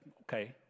okay